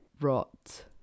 Rot